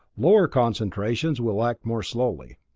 lower concentrations will act more slowly.